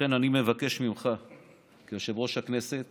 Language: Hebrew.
לכן אני מבקש ממך כיושב-ראש הכנסת